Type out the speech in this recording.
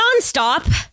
nonstop